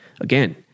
Again